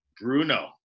Bruno